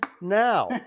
now